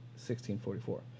1644